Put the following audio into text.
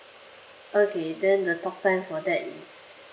okay then the talk time for that is